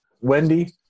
Wendy